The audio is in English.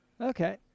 Okay